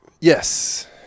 Yes